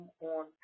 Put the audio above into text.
on